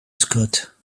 scott